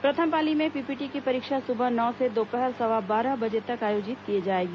प्रथम पाली में पीपीटी की परीक्षा सुबह नौ से दोपहर सवा बारह बजे तक आयोजित की जाएगी